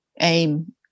aim